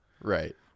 right